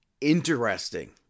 interesting